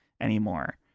anymore